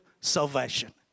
salvation